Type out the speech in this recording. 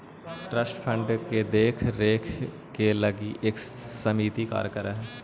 trust fund के देख रेख के लगी एक समिति कार्य कर हई